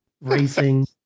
racing